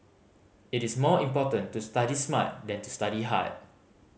it is more important to study smart than to study hard